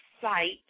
site